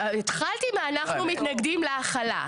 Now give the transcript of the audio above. התחלתי מאנחנו מתנגדים להחלה.